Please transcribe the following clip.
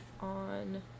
On